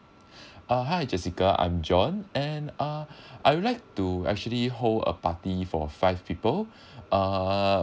uh hi jessica I'm john and uh I would like to actually hold a party for five people uh